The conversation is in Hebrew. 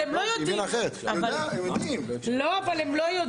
הם לא יודעים.